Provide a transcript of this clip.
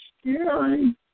scary